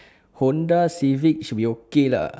Honda civic should be okay lah